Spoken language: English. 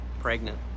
pregnant